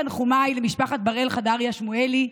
תנחומיי למשפחת בראל חדריה שמואלי,